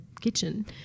kitchen